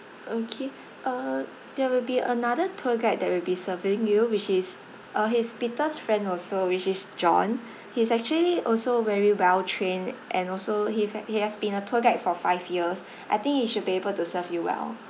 okay uh there will be another tour guide that will be serving you which is uh he is peter's friend also which is john he's actually also very well trained and also he have he has been a tour guide for five years I think he should be able to serve you well